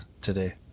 today